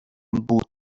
بود